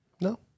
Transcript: No